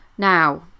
Now